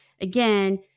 Again